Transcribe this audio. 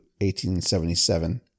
1877